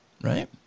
Right